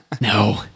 No